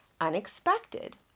Unexpected